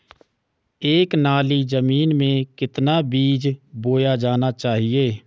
एक नाली जमीन में कितना बीज बोया जाना चाहिए?